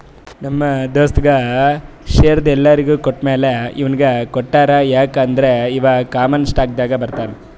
ನಮ್ ದೋಸ್ತಗ್ ಶೇರ್ದು ಎಲ್ಲೊರಿಗ್ ಕೊಟ್ಟಮ್ಯಾಲ ಇವ್ನಿಗ್ ಕೊಟ್ಟಾರ್ ಯಾಕ್ ಅಂದುರ್ ಇವಾ ಕಾಮನ್ ಸ್ಟಾಕ್ನಾಗ್ ಬರ್ತಾನ್